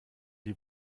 die